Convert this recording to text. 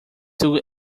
sue